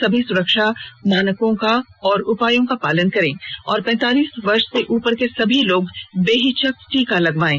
सभी सुरक्षा उपायों का पालन करें और पैंतालीस वर्ष से उपर के सभी लोग बेहिचक टीका लगवायें